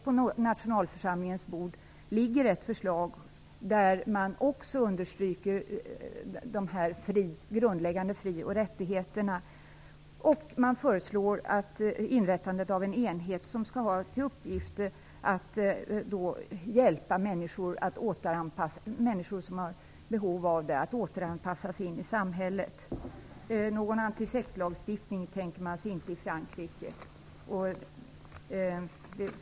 På nationalförsamlingens bord ligger ett förslag där de grundläggande fri och rättigheterna här understryks. Man föreslår att en enhet inrättas som skall ha uppgiften att hjälpa människor som så behöver att återanpassas i samhället. Någon antisektlagstiftning tänker man sig inte i Frankrike.